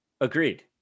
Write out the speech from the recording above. Agreed